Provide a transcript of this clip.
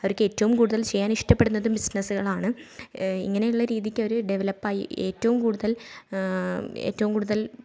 അവർക്കേറ്റവും കൂടുതൽ ചെയ്യാനിഷ്ടപ്പെടുന്നതും ബിസിനസ്സുകളാണ് ഇങ്ങനെയുള്ള രീതിക്കവർ ഡെവലപ്പായി ഏറ്റവും കൂടുതൽ ഏറ്റവും കൂടുതൽ